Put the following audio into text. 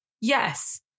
Yes